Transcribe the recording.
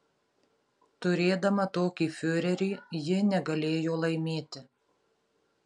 turėdama tokį fiurerį ji negalėjo laimėti